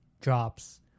drops